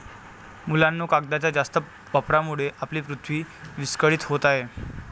मुलांनो, कागदाच्या जास्त वापरामुळे आपली पृथ्वी विस्कळीत होत आहे